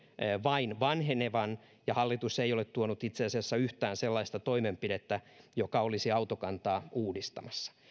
vain vanhenevan ja hallitus ei ole tuonut itse asiassa yhtään sellaista toimenpidettä joka olisi autokantaa uudistamassa